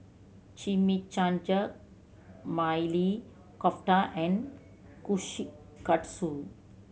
Chimichangas Maili Kofta and Kushikatsu